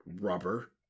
rubber